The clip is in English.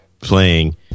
playing